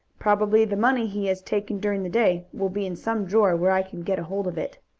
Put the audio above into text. probably the money he has taken during the day will be in some drawer where i can get hold of it.